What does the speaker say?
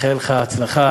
אני מאחל לך הצלחה,